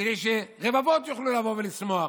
כדי שרבבות יוכלו לבוא ולשמוח.